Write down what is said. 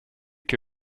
que